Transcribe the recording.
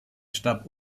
starb